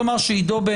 עידו.